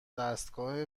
دستگاه